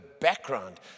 background